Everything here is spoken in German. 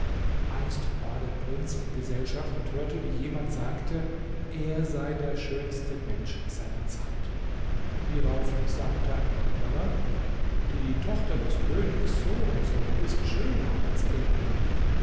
einst war der prinz in gesellschaft und hörte wie jemand sagte er sei der schönste mensch seiner zeit hierauf sagte ein anderer die tochter des königs n n ist schöner als er